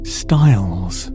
styles